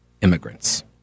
immigrants